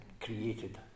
created